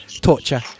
torture